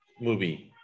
movie